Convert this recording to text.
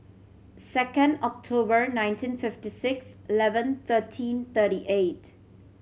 second October nineteen fifty six eleven thirteen thirty eight